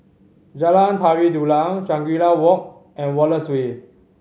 Jalan Tari Dulang Shangri La Walk and Wallace Way